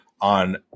on